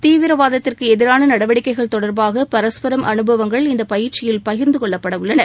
தீவிரவாத்திற்கு எதிரான நடவடிக்கைகள் தொடர்பாக பரஸ்பரம் அனுபவங்கள் இந்த பயிற்சியின் பகிர்ந்துகொள்ளப்படவுள்ளன